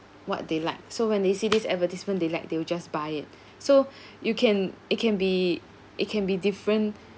what they like so when they see this advertisement they like they will just buy it so you can it can be it can be different